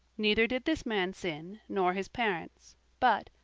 neither did this man sin, nor his parents but,